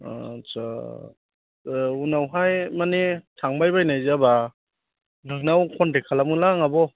आट्चा अ उनावहाय माने थांबाय बायनाय जाबा नोंनाव कन्टेक्ट खालामगोनलां आब'